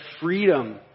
freedom